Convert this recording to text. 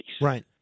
Right